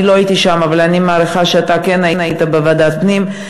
אני לא הייתי שם אבל אני מעריכה שאתה כן היית בוועדת הפנים,